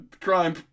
crime